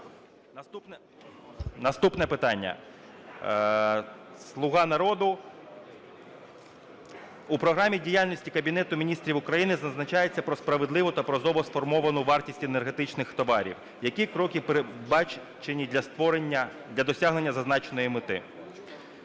Наступне питання "Слуги народу". У програмі діяльності Кабінету Міністрів України зазначається про справедливу та прозоро сформовану вартість енергетичних товарів. Які кроки передбачені для створення, для досягнення зазначеної мети?